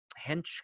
hench